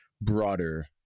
broader